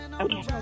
Okay